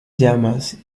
llamas